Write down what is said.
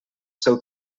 seu